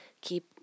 keep